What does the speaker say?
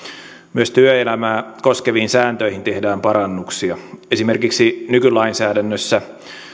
myös työelämää koskeviin sääntöihin tehdään parannuksia esimerkiksi nykylainsäädännössä